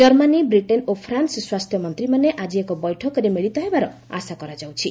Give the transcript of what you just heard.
Germany Britain ଓ France ସ୍ୱାସ୍ଥ୍ୟମନ୍ତ୍ରୀମାନେ ଆଜି ଏକ ବୈଠକରେ ମିଳିତ ହେବାର ଆଶା କରାଯାଉଛି